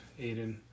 Aiden